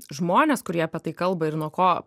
žmonės kurie apie tai kalba ir nuo ko